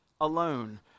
alone